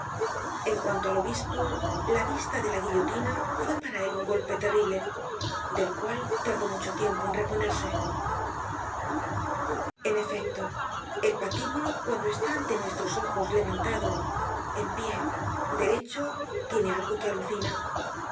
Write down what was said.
en cuanto al obispo la vista de la guillotina fue para él un golpe terrible del cual tardó mucho tiempo en reponerse en efecto el patíbulo cuando está ante nuestros ojos levantado en pie derecho tiene algo que alucina